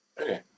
okay